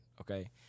Okay